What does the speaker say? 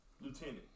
lieutenant